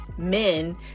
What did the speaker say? men